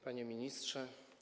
Panie Ministrze!